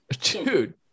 Dude